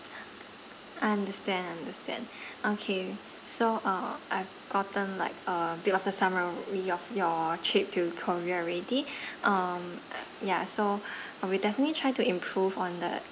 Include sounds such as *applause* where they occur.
understand understand okay so uh I've gotten like a bit of the summary of your trip to korea already um *noise* ya so uh we'll definitely try to improve on the